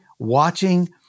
watching